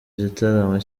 gitaramo